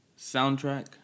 Soundtrack